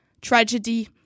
Tragedy